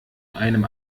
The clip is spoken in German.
einem